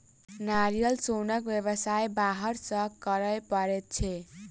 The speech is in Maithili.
नारियल सोनक व्यवसाय बाहर सॅ करय पड़ैत छै